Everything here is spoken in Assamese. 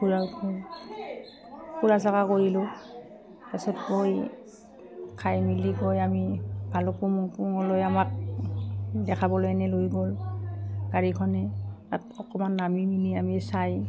ফুৰা চকা কৰিলোঁ তাৰপিছত গৈ খাই মেলি গৈ আমি ভালুক পুঙলৈ আমাক দেখাবলৈনে লৈ গ'ল গাড়ীখনে তাত অকমান নামি মেলি আমি চাই